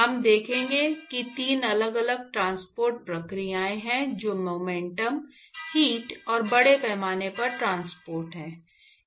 हम दिखाएंगे कि 3 अलग अलग ट्रांसपोर्ट प्रक्रियाएं हैं जो मोमेंटम हीट और बड़े पैमाने पर ट्रांसपोर्ट हैं